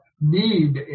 need